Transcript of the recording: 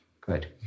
Good